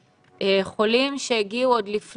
השקופית הבאה חולים קשים וקריטיים.